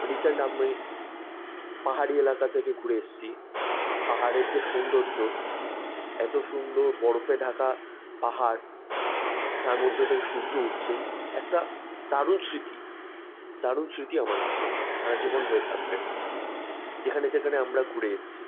recent আমি পাহাড়ি এলাকা থেকে ঘুরে এসেছি পাহাড়ের যে সৌন্দর্য এত সুন্দর বরফে ঢাকা পাহাড় তার মধ্যে থেকে সূর্য উঠছে একটা দারুণ স্মৃতি দারুণ স্মৃতি আমার কাছে সারা জীবন হয়ে থাকবে যেখানে যেখানে আমরা ঘুরে এসেছি